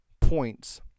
points